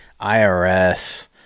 IRS